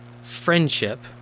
friendship